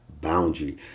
boundary